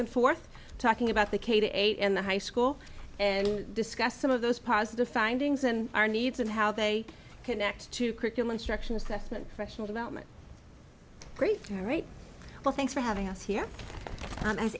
and forth talking about the k to eight and the high school and discuss some of those positive findings and our needs and how they connect to curriculum structure and development great well thanks for having us here a